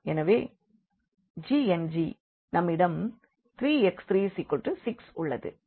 எனவே ஐஎன்ஜி நம்மிடம் 3x36 உள்ளது